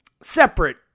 separate